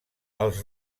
els